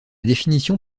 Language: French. définition